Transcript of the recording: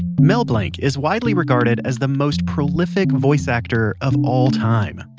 mel blanc is widely regarded as the most prolific voice actor of all time.